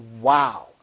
wow